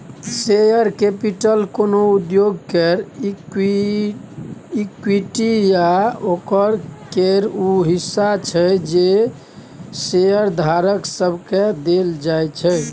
share capital कोनो उद्योग केर इक्विटी या शेयर केर ऊ हिस्सा छै जे शेयरधारक सबके देल जाइ छै